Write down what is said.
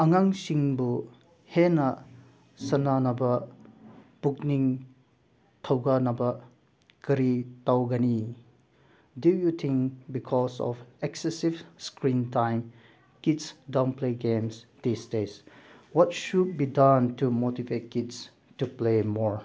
ꯑꯉꯥꯡꯁꯤꯡꯕꯨ ꯍꯦꯟꯅ ꯁꯥꯟꯅꯅꯕ ꯄꯨꯛꯅꯤꯡ ꯊꯧꯒꯠꯅꯕ ꯀꯔꯤ ꯇꯧꯒꯅꯤ do you think because of excessive screen time kids don't play games these days what should be done to motivate kids to play more